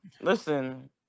listen